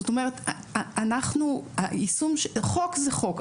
זאת אומרת חוק זה חוק.